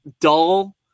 dull